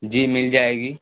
جی مل جائے گی